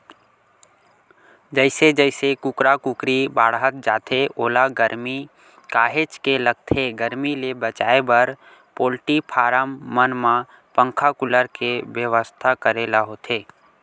जइसे जइसे कुकरा कुकरी बाड़हत जाथे ओला गरमी काहेच के लगथे गरमी ले बचाए बर पोल्टी फारम मन म पंखा कूलर के बेवस्था करे ल होथे